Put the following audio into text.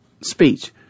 speech